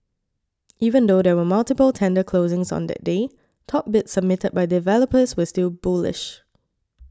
even though there were multiple tender closings on that day top bids submitted by developers were still bullish